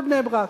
בבני-ברק.